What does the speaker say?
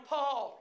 Paul